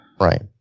Right